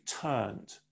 turned